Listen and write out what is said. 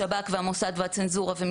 תודה,